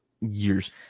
years